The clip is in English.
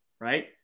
Right